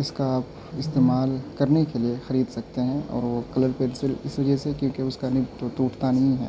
اس کا استعمال کرنے کے لیے خرید سکتے ہیں اور وہ کلر پینسل اس وجہ سے کیونکہ اس کا نب ٹوٹتا نہیں ہے